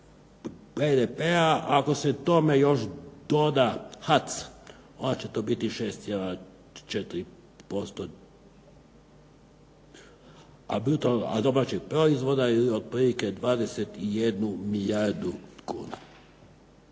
BDP-a. Ako se tome još doda HAC onda će to biti 6,4%, a bruto domaćeg proizvoda otprilike 21 milijardu kuna.